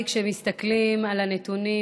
כשמסתכלים על הנתונים,